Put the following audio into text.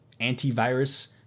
antivirus